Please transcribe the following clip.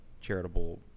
charitable